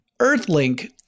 Earthlink